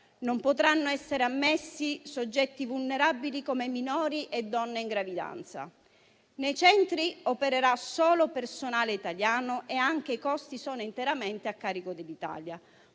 Non potranno essere ammessi soggetti vulnerabili come minori e donne in gravidanza. Nei centri opererà solo personale italiano e anche i costi sono interamente a carico dell'Italia.